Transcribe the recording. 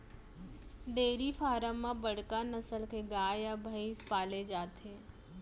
dairy farm म बड़का नसल के गाय या भईंस पाले जाथे